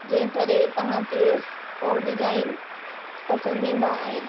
जे करे तव्हांखे हो डिजाइन पसंदि ईंदा आहिनि